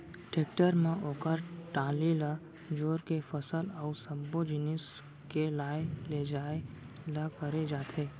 tractor म ओकर trolley ल जोर के फसल अउ सब्बो जिनिस के लाय लेजाय ल करे जाथे